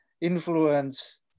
influence